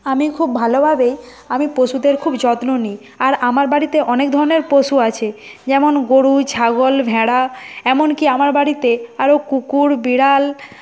আমি খুব ভালোভাবেই আমি পশুদের খুব যত্ন নিই আর আমার বাড়িতে অনেক ধরনের পশু আছে যেমন গরু ছাগল ভেড়া এমনকি আমার বাড়িতে আরও কুকুর বিড়াল